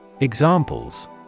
Examples